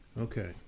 Okay